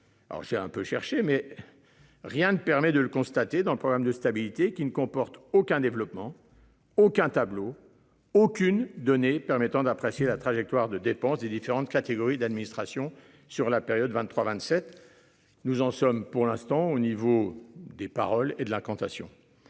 j'ai un peu cherché mais. Rien ne permet de le constater dans le programme de stabilité qui ne comporte aucun développement aucun tableau aucune donnée permettant d'apprécier la trajectoire de dépenses des différentes catégories d'administration sur la période 23 27. Nous en sommes pour l'instant au niveau des paroles et de l'incantation.